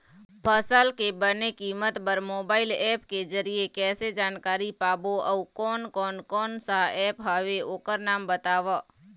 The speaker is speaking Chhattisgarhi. फसल के बने कीमत बर मोबाइल ऐप के जरिए कैसे जानकारी पाबो अउ कोन कौन कोन सा ऐप हवे ओकर नाम बताव?